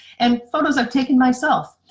and photos i've taken myself.